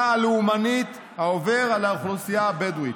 הלאומנית העובר על האוכלוסייה הבדואית.